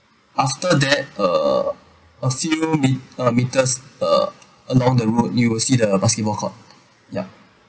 after that uh a few me~ uh metres uh along the road you will see the basketball court ya